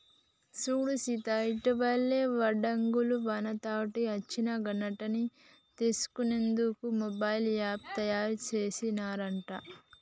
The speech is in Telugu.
సూడు సీత ఇటివలే వడగళ్ల వానతోటి అచ్చిన నట్టన్ని తెలుసుకునేందుకు మొబైల్ యాప్ను తాయారు సెసిన్ రట